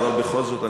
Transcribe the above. אבל בכל זאת,